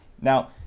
now